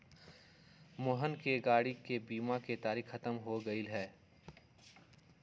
मोहन के गाड़ी के बीमा के तारिक ख़त्म हो गैले है